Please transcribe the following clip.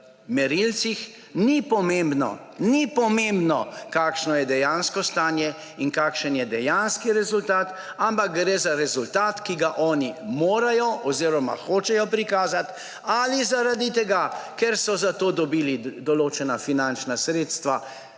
pomembno, ni pomembno, kakšno je dejansko stanje in kakšen je dejanski rezultat, ampak gre za rezultat, ki ga oni morajo oziroma hočejo prikazati, ali zaradi tega, ker so za to dobili določena finančna sredstva,